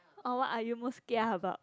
or what are you most kia about